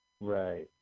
Right